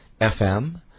FM